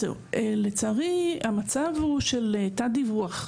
אז זהו, לצערי, המצב הוא של תת-דיווח.